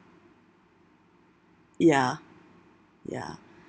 ya ya